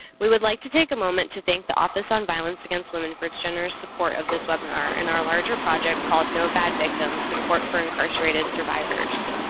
we would like to take a moment to thank the office on violence against women for its generous support of this webinar and our larger project called no bad victims support for incarcerated survivors.